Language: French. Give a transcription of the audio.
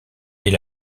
est